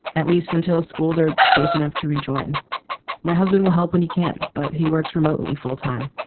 at least until schools are safe enough to rejoin my husband will help when he can, but he works remotely full time.